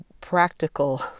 practical